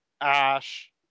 Ash